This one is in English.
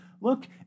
look